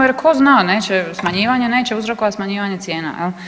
Jer tko zna neće smanjivanje neće uzrokovati smanjivanje cijena.